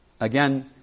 Again